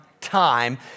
time